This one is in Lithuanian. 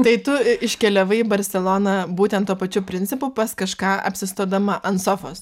tai tu iškeliavai į barseloną būtent tuo pačiu principu pas kažką apsistodama ant sofos